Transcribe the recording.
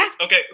Okay